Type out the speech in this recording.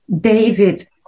David